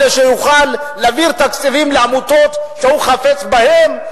כדי שיוכל להעביר תקציבים לעמותות שהוא חפץ בהן?